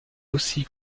aussi